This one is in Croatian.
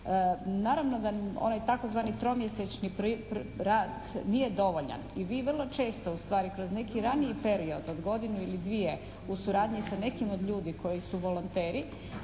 naravno da oni tzv. tromjesečni rad nije dovoljan i vi vrlo često ustvari kroz neki raniji period od godinu ili dvije u suradnji sa nekim od ljudi koji su volonteri